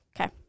Okay